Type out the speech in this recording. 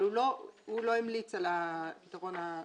אבל הוא לא המליץ על הפתרון הזה.